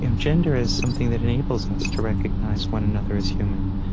and gender is something that enables us to recognize one another as human.